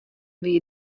wie